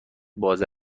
باز